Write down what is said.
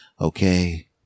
okay